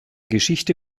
geschichte